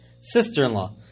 sister-in-law